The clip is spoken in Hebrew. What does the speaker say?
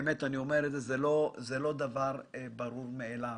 באמת אני אומר את זה, זה לא דבר ברור מאליו.